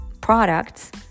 products